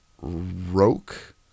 Roke